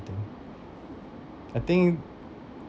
thing I think